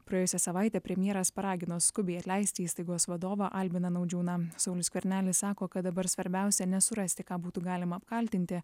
praėjusią savaitę premjeras paragino skubiai atleisti įstaigos vadovą albiną naudžiūną saulius skvernelis sako kad dabar svarbiausia nesurasti ką būtų galima apkaltinti